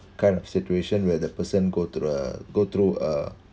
kind of situation when the person go to the go through uh